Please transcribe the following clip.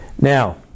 Now